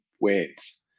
ways